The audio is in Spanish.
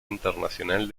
internacional